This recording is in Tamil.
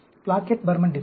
Plackett Burman design